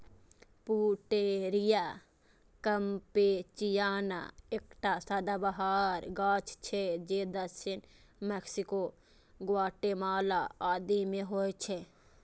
Pouteria campechiana एकटा सदाबहार गाछ छियै जे दक्षिण मैक्सिको, ग्वाटेमाला आदि मे होइ छै